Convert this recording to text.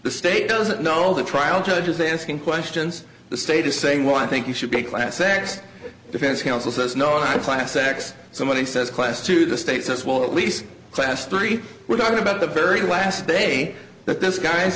the state doesn't know the trial judge is asking questions the state is saying well i think you should get class x defense counsel says no i'm class x somebody says class to the states as well at least class three we're talking about the very last day that this guy